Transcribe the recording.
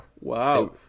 Wow